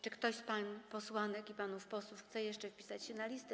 Czy ktoś z pań posłanek i panów posłów chce jeszcze wpisać się na listę?